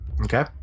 Okay